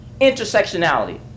Intersectionality